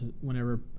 whenever